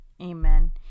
Amen